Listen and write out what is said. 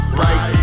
right